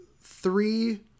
three